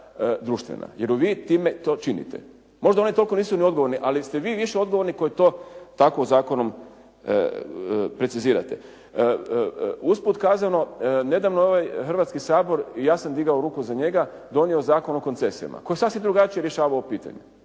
jer vi time to činite. Možda oni toliko nisu ni odgovorni, ali ste vi više odgovorni koji to tako zakonom precizirate. Usput kazano, nedavno je ovaj Hrvatski sabor, ja sam digao ruku za njega, donio Zakon o koncesijama koji sasvim drugačije rješava ovo pitanje.